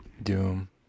Doom